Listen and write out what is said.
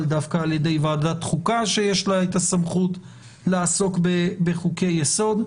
דווקא על ידי וועדת החוקה שיש לה את הסמכות לעסוק בחוקי יסוד.